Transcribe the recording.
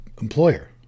employer